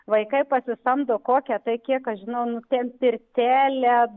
vaikai pasisamdo kokią tai kiek aš žinau nu ten pirtėlę